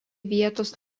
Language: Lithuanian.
vietos